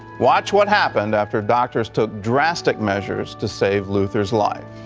watch what happens after doctors took drastic measures to save luther's life.